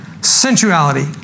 sensuality